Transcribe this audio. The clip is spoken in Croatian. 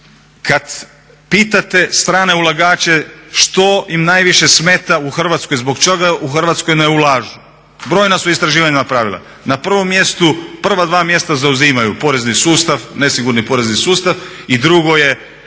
Kada pitate strane ulagače što im najviše smeta u Hrvatskoj, zbog čega u Hrvatsku ne ulažu, brojna su istraživanja napravila. Na prvom mjestu, prva dva zauzimaju porezni sustav, nesigurni porezni sustav i drugo je